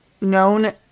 Known